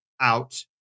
out